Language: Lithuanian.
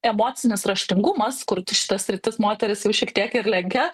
emocinis raštingumas kur šita sritis moteris jau šiek tiek ir lenkia